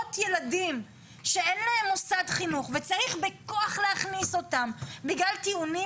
מאות ילדים שאין להם מוסד חינוך וצריך בכוח להכניס אותם בגלל טיעונים